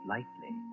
Lightly